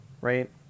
right